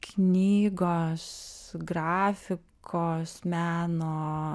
knygos grafikos meno